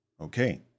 Okay